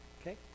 okay